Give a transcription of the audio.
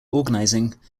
organizing